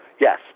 yes